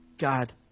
God